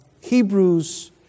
Hebrews